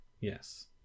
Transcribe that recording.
Yes